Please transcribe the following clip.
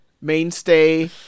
mainstay